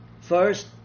first